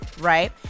right